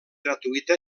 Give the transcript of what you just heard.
gratuïta